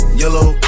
yellow